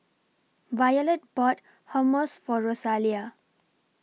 Violet bought Hummus For Rosalia